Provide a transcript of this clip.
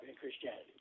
Christianity